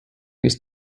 his